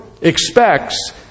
expects